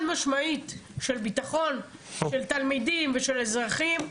משמעית של ביטחון של תלמידים ושל אזרחים,